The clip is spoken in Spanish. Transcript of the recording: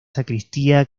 sacristía